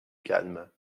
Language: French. calme